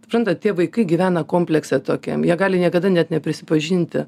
suprantat tie vaikai gyvena komplekse tokiam jie gali niekada net neprisipažinti